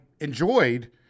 enjoyed